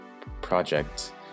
project